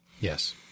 Yes